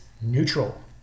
neutral